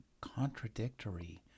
contradictory